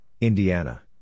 Indiana